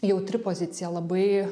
jautri pozicija labai